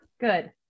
Good